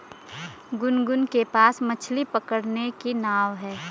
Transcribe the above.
गुनगुन के पास मछ्ली पकड़ने की नाव है